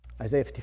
Isaiah